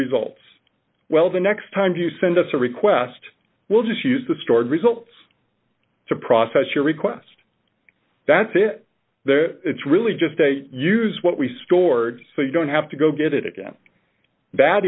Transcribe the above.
results well the next time you send us a request we'll just use the stored results to process your request that's it it's really just a use what we stored so you don't have to go get it again that